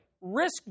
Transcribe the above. Risk